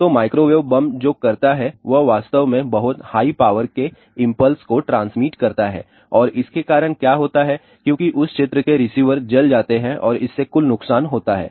तो microwave bomb जो करता है वह वास्तव में बहुत हाई पावर के इम्पल्स को ट्रांसमिट करता है और इसके कारण क्या होता है क्योंकि उस क्षेत्र के रिसीवर जल जाते हैं और इससे कुल नुकसान होता है